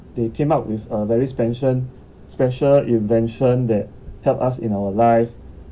they came up with a very speci~ special invention that help us in our life